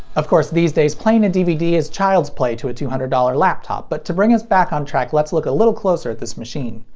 of course these days playing a dvd is child's play to a two hundred dollars laptop, but to bring us back on track let's look a little closer at this machine.